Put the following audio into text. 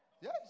Yes